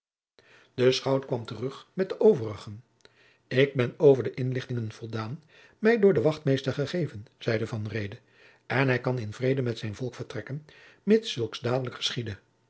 de schout kwam terug met de overigen ik ben over de inlichtingen voldaan mij door den wachtmeester gegeven zeide van reede en hij kan in vrede met zijn volk vertrekken mits zulks dadelijk